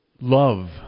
love